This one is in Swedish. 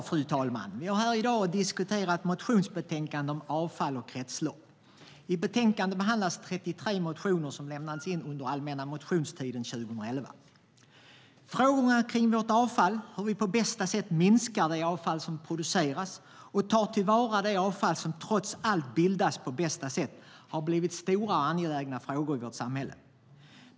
Fru talman! Vi har här i dag att diskutera ett motionsbetänkande om avfall och kretslopp. I betänkandet behandlas 33 motioner som lämnades in under allmänna motionstiden 2011. Frågorna om vårt avfall - hur vi på bästa sätt minskar det avfall som produceras och tar till vara det avfall som trots allt bildas - har blivit stora och angelägna frågor i vårt samhälle.